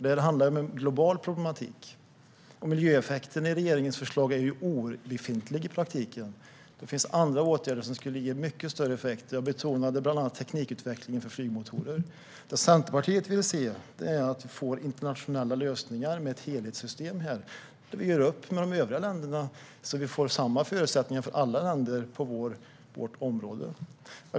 Detta handlar om en global problematik, och miljöeffekten i regeringens förslag är ju i praktiken obefintlig. Det finns andra åtgärder som skulle ge mycket större effekt. Jag betonade bland annat teknikutveckling av flygmotorer. Det Centerpartiet vill se är att vi får internationella lösningar med ett helhetssystem, där vi gör upp med de övriga länderna så att vi får samma förutsättningar för alla länder på vårt område.